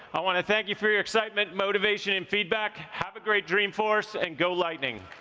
i wanna thank you for your excitement, motivation and feedback. have a great dreamforce, and go, lightning.